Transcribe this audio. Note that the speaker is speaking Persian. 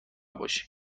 باشی